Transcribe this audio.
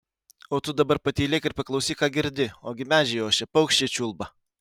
o tu dabar patylėk ir paklausyk ką girdi ogi medžiai ošia paukščiai čiulba